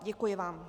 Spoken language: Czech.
Děkuji vám.